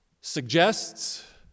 suggests